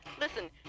listen